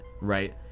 right